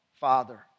Father